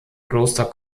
kloster